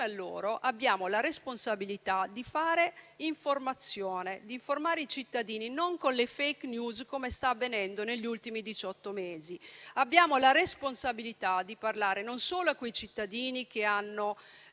a loro abbiamo la responsabilità di fare informazione, di informare i cittadini non con le *fake news*, come è avvenuto negli ultimi diciotto mesi. Abbiamo la responsabilità di parlare non solo a quei cittadini che hanno